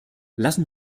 lassen